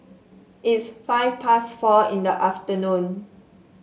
its five past four in the afternoon